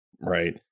right